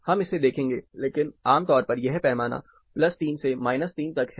हम इसे देखेंगे लेकिन आमतौर पर यह पैमाना 3 से 3 तक है